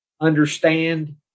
understand